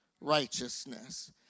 righteousness